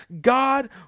God